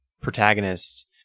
protagonist